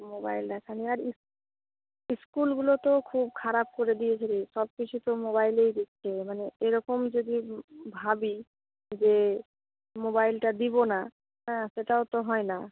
mobile দেখা নিয়ে আর ইস ইস্কুলগুলোতেও খুব খারাপ করে দিয়েছে রে সবকিছু তো মোবাইলেই দিচ্ছে মানে এরকম যদি ভাবি যে মোবাইলটা দেব না হ্যাঁ সেটাও তো হয় না